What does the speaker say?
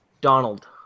donald